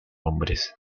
hombres